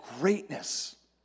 greatness